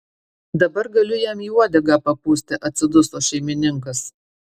dabar galiu jam į uodegą papūsti atsiduso šeimininkas